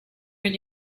when